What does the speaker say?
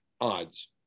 odds